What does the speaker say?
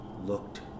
Looked